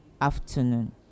afternoon